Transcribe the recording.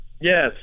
Yes